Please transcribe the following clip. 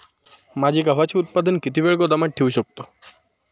माझे गव्हाचे उत्पादन किती वेळ गोदामात ठेवू शकतो?